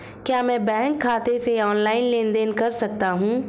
क्या मैं बैंक खाते से ऑनलाइन लेनदेन कर सकता हूं?